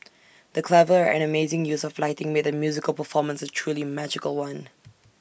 the clever and amazing use of lighting made the musical performance A truly magical one